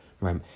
right